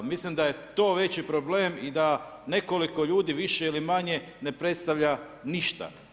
Mislim da je to veći problem i da nekoliko ljudi više ili manje ne predstavlja ništa.